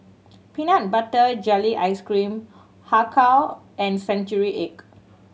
peanut butter jelly ice cream Har Kow and century egg